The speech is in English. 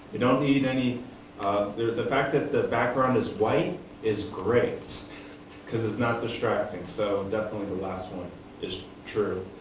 you don't need any um the the fact that the background is white is great because it's not distracting. so definitely the last one is true